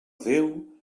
déu